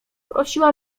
prosiła